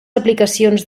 aplicacions